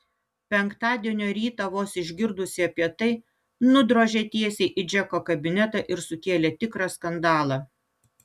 penktadienio rytą vos išgirdusi apie tai nudrožė tiesiai į džeko kabinetą ir sukėlė tikrą skandalą